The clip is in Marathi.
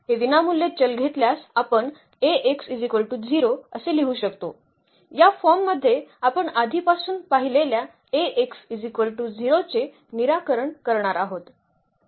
हे विनामूल्य चल घेतल्यास आपण Ax0 असे लिहू शकतो या फॉर्म मध्ये आपण आधीपासून पाहिलेल्या Ax0 चे निराकरण करणार आहोत